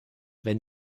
wenn